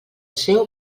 seu